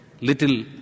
little